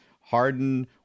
Harden